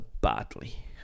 badly